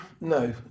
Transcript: No